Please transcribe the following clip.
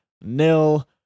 nil